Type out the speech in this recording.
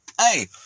hey